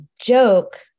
joke